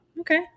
Okay